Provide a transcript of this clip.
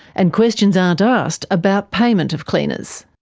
and questions aren't asked about payment of cleaners.